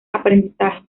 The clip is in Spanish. aprendizaje